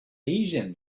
asian